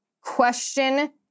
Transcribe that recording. Question